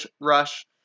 Rush